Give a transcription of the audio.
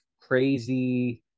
crazy